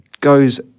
goes